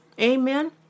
Amen